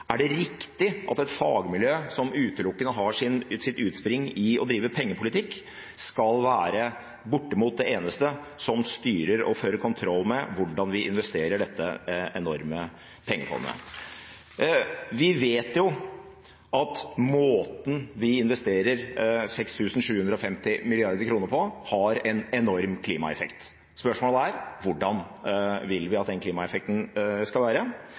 Er det riktig at et fagmiljø som utelukkende har sitt utspring i å drive pengepolitikk, skal være bortimot det eneste som styrer og fører kontroll med hvordan vi investerer dette enorme pengefondet? Vi vet at måten vi investerer 6 750 mrd. kr på, har en enorm klimaeffekt. Spørsmålet er: Hvordan vil vi at den klimaeffekten skal være?